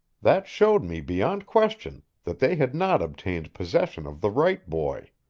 that showed me beyond question that they had not obtained possession of the right boy.